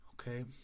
Okay